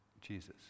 Jesus